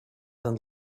and